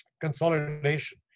consolidation